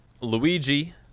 Luigi